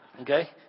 Okay